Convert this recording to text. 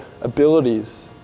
abilities